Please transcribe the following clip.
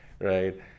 right